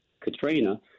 Katrina